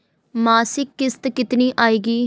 मासिक किश्त कितनी आएगी?